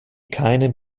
keinen